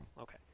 Okay